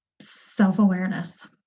self-awareness